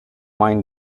mind